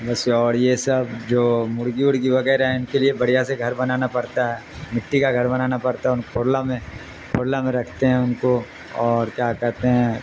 بس اور یہ سب جو مرغی ارگی وغیرہ ہیں ان کے لیے بڑھیا سے گھر بنانا پڑتا ہے مٹی کا گھر بنانا پڑتا ہے ان پھوللا میں پھوللا میں رکھتے ہیں ان کو اور کیا کہتے ہیں